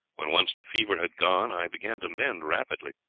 when once the fever had gone, i began to mend rapidly.